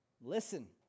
listen